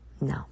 No